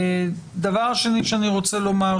הדבר השני שאני רוצה לומר,